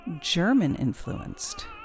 German-influenced